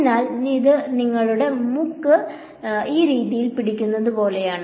അതിനാൽ ഇത് നിങ്ങളുടെ മൂക്ക് ഈ രീതിയിൽ പിടിക്കുന്നത് പോലെയാണ്